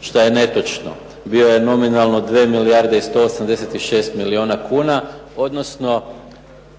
što je netočno. Bio je nominalno 2 milijarde i 186 milijuna kuna,